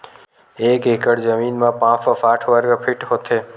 एक एकड़ जमीन मा पांच सौ साठ वर्ग फीट होथे